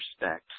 respect